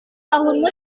tahunmu